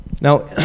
Now